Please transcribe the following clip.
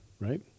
right